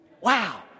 Wow